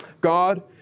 God